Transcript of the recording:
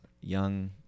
young